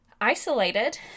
isolated